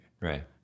right